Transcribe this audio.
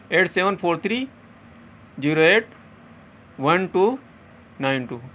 eight seven four three zero eight one two nine two